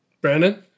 Brandon